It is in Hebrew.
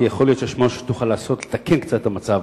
כי יכול להיות שיש משהו שתוכל לעשות לתקן קצת את המצב.